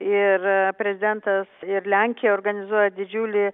ir prezidentas ir lenkija organizuoja didžiulį